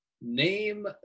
Name